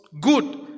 good